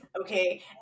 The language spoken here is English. Okay